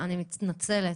אני מתנצלת,